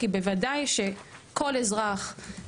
כי בוודאי שכל אזרח,